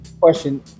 question